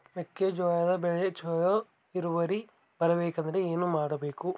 ಮೆಕ್ಕೆಜೋಳದ ಬೆಳೆ ಚೊಲೊ ಇಳುವರಿ ಬರಬೇಕಂದ್ರೆ ಏನು ಮಾಡಬೇಕು?